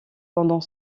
pendant